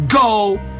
go